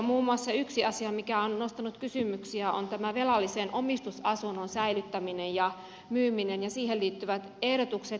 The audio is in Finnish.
muun muassa yksi asia mikä on nostanut kysymyksiä on tämä velallisen omistusasunnon säilyttäminen ja myyminen ja siihen liittyvät ehdotukset